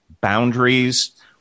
boundaries